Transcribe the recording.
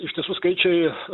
iš tiesų skaičiai